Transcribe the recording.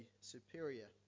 superior